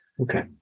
Okay